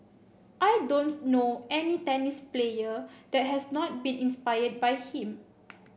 I don't know any tennis player that has not been inspired by him